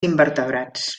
invertebrats